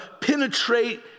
penetrate